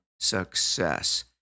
success